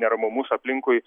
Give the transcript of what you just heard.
neramumus aplinkui